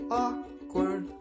awkward